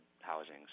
housings